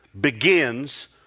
begins